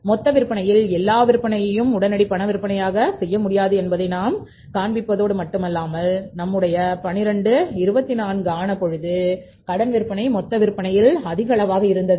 மொத்த விற்பனையில் எல்லா விற்பனையும் உடனடி பண விற்பனையாக செய்ய முடியாது என்பதை நான் காண்பதோடு மட்டுமல்லாமல் நம்முடைய 12 24 ஆன பொழுது கடன் விற்பனை மொத்த விற்பனையில் அதிக அளவாக இருந்தது